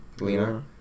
Lena